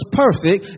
perfect